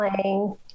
playing